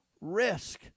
risk